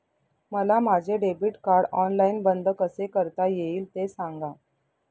मला माझे debit card online बंद कसे करता येईल, ते सांगा